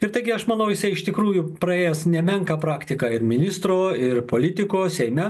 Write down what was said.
ir taigi aš manau jisai iš tikrųjų praėjęs nemenką praktiką ir ministro ir politiko seime